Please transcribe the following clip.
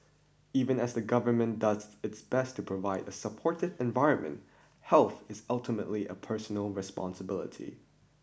even as the government does its best to provide a supportive environment health is ultimately a personal responsibility